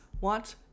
want